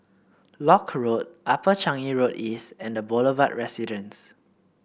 Lock Road Upper Changi Road East and The Boulevard Residence